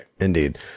Indeed